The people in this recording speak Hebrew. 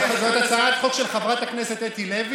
זאת הצעת חוק של חברת הכנסת אתי עטייה.